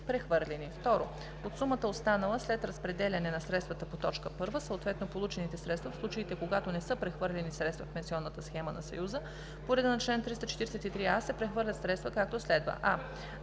прехвърлени; 2. от сумата, останала след разпределяне на средствата по т. 1, съответно – получените средства, в случаите, когато не са прехвърлени средства в пенсионната схема на Съюза по реда на чл. 343а, се прехвърлят средства, както следва: